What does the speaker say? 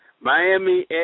Miami